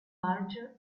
larger